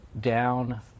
down